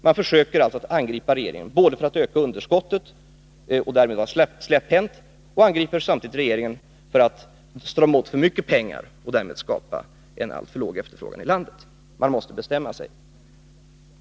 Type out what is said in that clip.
Man försöker alltså att angripa regeringen för att öka underskottet, och därmed vara släpphänt, samtidigt som man angriper den för att strama åt för mycket pengar, och därmed skapa en alltför låg efterfrågan i landet. Man måste bestämma sig.